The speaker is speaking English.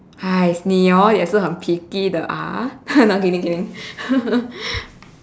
!hais! 你 hor 也是很 picky 的啊 no kidding kidding